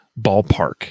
ballpark